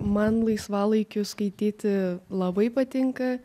man laisvalaikiu skaityti labai patinka